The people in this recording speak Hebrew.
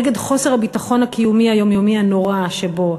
נגד חוסר הביטחון הקיומי היומיומי הנורא שבו